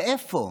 מאיפה?